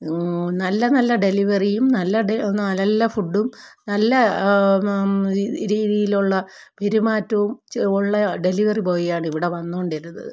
നല്ല നല്ല ഡെലിവറിയും നല്ല ഡ് ഫുഡ്ഡും നല്ല രീതിയിലുള്ള പെരുമാറ്റവും ഉള്ള ഡെലിവറി ബോയിയാണ് ഇവിടെ വന്നു കൊണ്ടിരുന്നത്